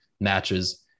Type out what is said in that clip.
matches